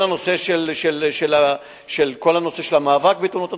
כל הנושא של המאבק בתאונות הדרכים,